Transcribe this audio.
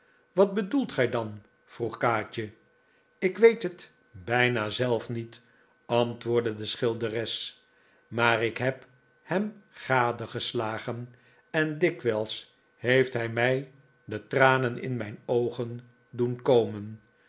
wat bedoelt gij dan vroeg kaatje ik weet het bijna zelf niet antwoordde de schilderes maar ik heb hem gadegeslagen en dikwijls heeft hij mij de tranen in mijn dogen doen komen